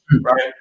right